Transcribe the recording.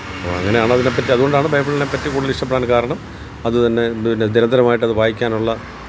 അപ്പോൾ അങ്ങനെയാണതിനെപ്പറ്റി അതുകൊണ്ടാണ് ബൈബിളിനെപ്പറ്റി കൂടുതലിഷ്ടപ്പെടാന് കാരണം അത് തന്നെ നിരന്തരമായിട്ടത് വായിക്കാനുള്ള